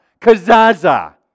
Kazaza